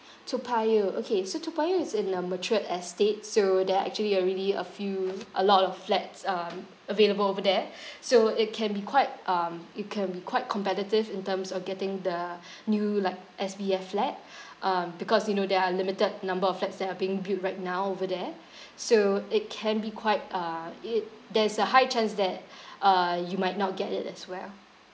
toa payoh okay so toa payoh is in a matured estate so there are actually already a few a lot of flats um available over there so it can be quite um it can be quite competitive in terms of getting the new like S_B_F flat um because you know there are limited number of flats that are being built right now over there so it can be quite uh it it there is a high chance that uh you might not get it as well